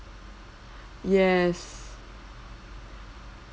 yes